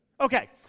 Okay